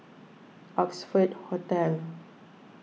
Oxford Hotel